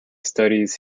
studies